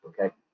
okay